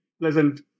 pleasant